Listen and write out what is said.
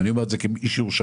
ואני אומר את זה כאיש ירושלים,